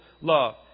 Love